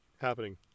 happening